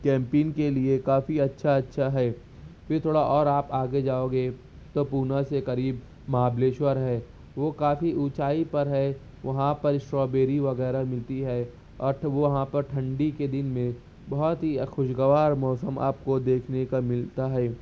campaign کے لیے کافی اچھا اچھا ہے پھر تھوڑا اور آپ آگے جاؤگے تو پونہ سے قریب مہابلیشور ہے وہ کافی اونچائی پر ہے وہاں پر اسٹرابیری وغیرہ ملتی ہے اور وہاں پر ٹھنڈی کے دن میں بہت ہی خوشگوار موسم آپ کو دیکھنے کا ملتا ہے